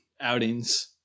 outings